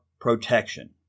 protection